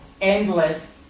endless